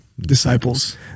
disciples